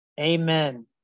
Amen